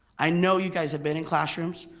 i know you guys have been in classrooms.